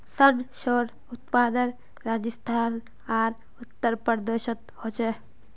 सर्सोंर उत्पादन राजस्थान आर उत्तर प्रदेशोत होचे